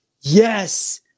Yes